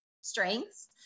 strengths